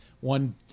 one